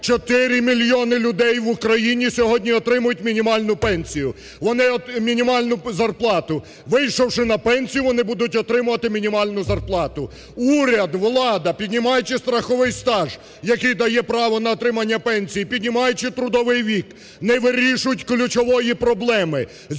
4 мільйони людей в Україні сьогодні отримують мінімальну пенсію… мінімальну зарплату, вийшовши на пенсію, вони будуть отримувати мінімальну зарплату. Уряд, влада піднімаючи страховий стаж, який дає право на отримання пенсії, піднімаючи трудовий вік, не вирішують ключової проблеми –